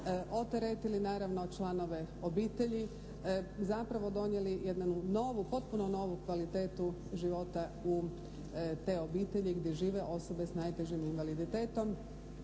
odteretili naravno članove obitelji, zapravo donijeli jednu novu, potpuno novu kvalitetu života u te obitelji gdje žive osobe s najtežim invaliditetom.